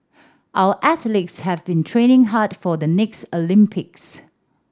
our athletes have been training hard for the next Olympics